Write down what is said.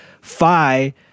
phi